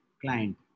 client